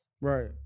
Right